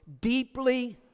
deeply